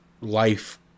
life